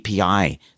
API